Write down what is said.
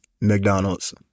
McDonald's